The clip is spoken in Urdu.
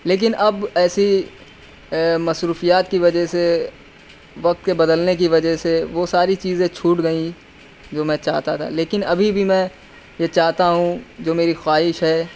لیکن اب ایسی مصروفیات کی وجہ سے وقت کے بدلنے کی وجہ سے وہ ساری چیزیں چھوٹ گئیں جو میں چاہتا تھا لیکن ابھی بھی میں یہ چاہتا ہوں جو میری خواہش ہے